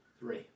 Three